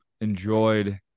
enjoyed